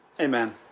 Amen